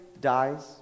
dies